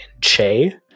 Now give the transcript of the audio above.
Che